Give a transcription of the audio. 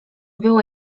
było